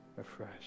afresh